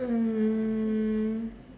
um